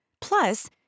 Plus